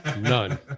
none